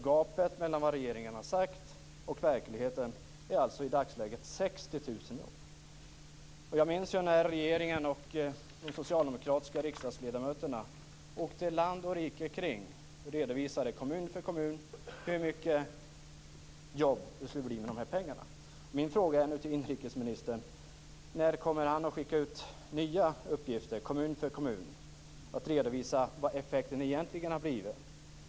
Gapet mellan vad regeringen har sagt och verkligheten är alltså i dagsläget 60 000 Jag minns när regeringen och de socialdemokratiska riksdagsledamöterna åkte land och rike kring och redovisade kommun för kommun hur många jobb det skulle bli med de här pengarna. Min fråga till inrikesministern är: När kommer inrikesministern att skicka ut nya uppgifter, kommun för kommun, och redovisa vad effekten egentligen har blivit?